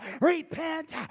repent